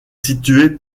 situé